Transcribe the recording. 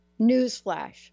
Newsflash